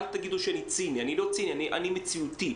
שאני ציני, כי אני לא ציני, אני מציאותי.